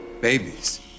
Babies